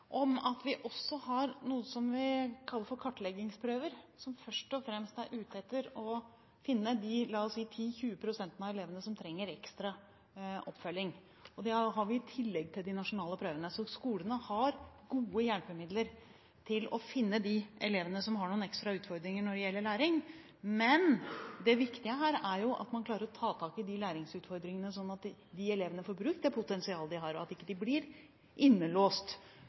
at vi også har noe vi kaller kartleggingsprøver, som først og fremst er ute etter å finne de 10–20 pst. av elevene som trenger ekstra oppfølging. Det har vi i tillegg til de nasjonale prøvene, så skolene har gode hjelpemidler for å finne de elevene som har noen ekstra utfordringer når det gjelder læring. Men det viktige her er at man klarer å ta tak i de læringsutfordringene, slik at de elevene får brukt det potensialet de har, og at de ikke blir låst fast til lave prestasjoner dersom de